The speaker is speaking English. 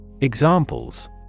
Examples